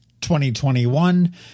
2021